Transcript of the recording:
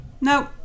No